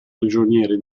prigionieri